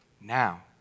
now